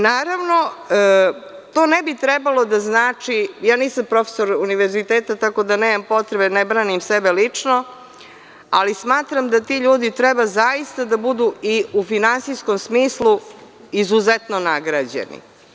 Naravno, to ne bi trebalo da znači, ja nisam profesor univerziteta tako da nemam potrebe, ne branim sebe lično, ali smatram da ti ljudi treba zaista da budu i u finansijskom smislu izuzetno nagrađeni.